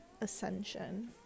ascension